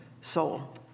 soul